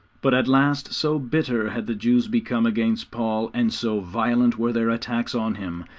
but at last so bitter had the jews become against paul, and so violent were their attacks on him,